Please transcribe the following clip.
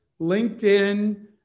LinkedIn